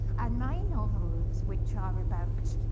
and my novels, which ah are about,